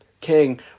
King